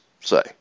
say